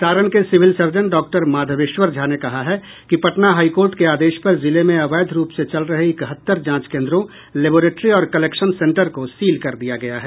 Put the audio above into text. सारण के civil surgeon doctor Madhaveshwar Jha ने कहा है कि पटना हाई कोर्ट के आदेश पर जिले में अवैध रूप से चल रहे इकहत्तर जांच केन्द्रों लैबोरेट्री और कलेक्शन सेंटर को सील कर दिया गया है